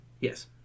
yes